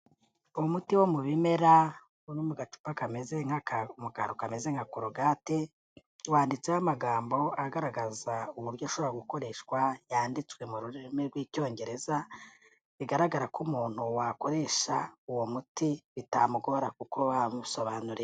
Umuti wo mu bimera uri mu gacupa, mu kantu kameze nk'aka korogate, wanditseho amagambo agaragaza uburyo ushobora gukoreshwa, yanditswe mu rurimi rw'icyongereza, bigaragara ko umuntu wakoresha uwo muti bitamugora kuko bamusobanuriye.